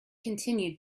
continued